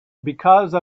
because